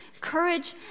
Courage